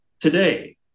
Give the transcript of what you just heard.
today